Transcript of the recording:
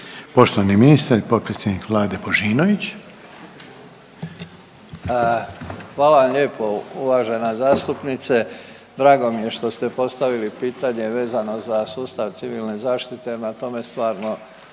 Poštovani ministar i potpredsjednik vlade Božinović. **Božinović, Davor (HDZ)** Hvala vam lijepo uvažena zastupnice. Drago mi je što ste postavili pitanje vezano za sustav civilne zaštite, na tome stvarno